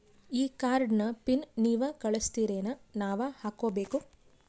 ಈ ಕಾರ್ಡ್ ನ ಪಿನ್ ನೀವ ಕಳಸ್ತಿರೇನ ನಾವಾ ಹಾಕ್ಕೊ ಬೇಕು?